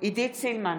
עידית סילמן,